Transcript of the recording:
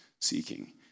seeking